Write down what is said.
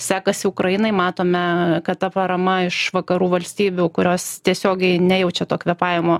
sekasi ukrainai matome kad ta parama iš vakarų valstybių kurios tiesiogiai nejaučia to kvėpavimo